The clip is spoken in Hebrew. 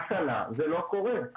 השנה זה לא קורה.